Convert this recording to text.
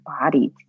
body